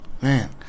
Man